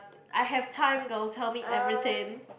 I have time girl tell me everything